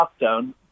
lockdown